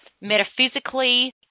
metaphysically